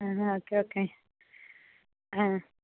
ആ okay okay ആ